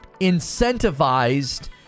incentivized